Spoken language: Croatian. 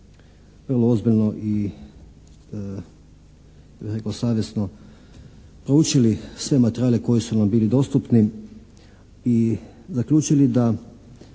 Hvala vam